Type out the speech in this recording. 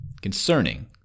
concerning